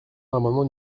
l’amendement